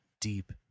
deep